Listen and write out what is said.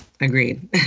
Agreed